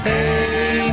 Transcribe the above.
Hey